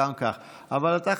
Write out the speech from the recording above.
אתה,